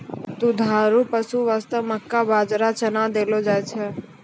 दुधारू पशु वास्तॅ मक्का, बाजरा, चना देलो जाय छै